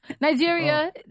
Nigeria